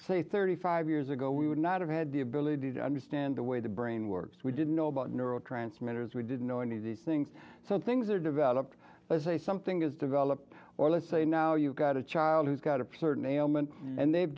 say thirty five years ago we would not have had the ability to understand the way the brain works we didn't know about neurotransmitters we didn't know any of these things so things are developed as a something is developed or let's say now you've got a child who's got a certain ailment and they've